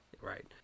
Right